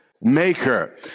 maker